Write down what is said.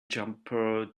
jumper